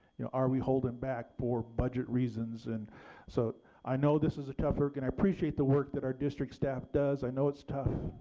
are we holding back for budget reasons? and so i know this is tough work and i appreciate the work that our district staff does i know it's tough.